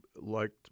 liked